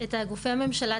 את גופי הממשלה,